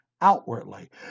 outwardly